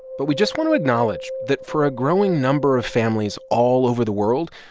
but we just want to acknowledge that for a growing number of families all over the world,